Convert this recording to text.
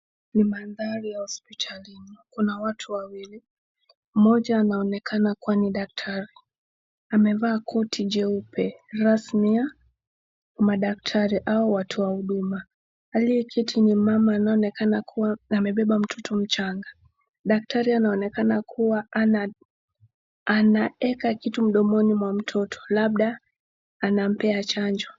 Ni mandhari ya hospitalini, kuna watu wawili, mmoja naonekana kuwa ni daktari. Amevaa koti jeupe rasmi ya madaktari ama watu wa huduma. Aliyeketi ni mama anayeyonekana amebeba mtoto mchanga .Daktari anaonekana kuwa anaeka kitu mdomoni mwa mtoto labda anampea chanjo.